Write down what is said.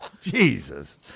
Jesus